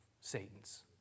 Satan's